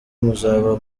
muzaba